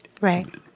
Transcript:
Right